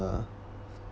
uh